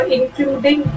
Including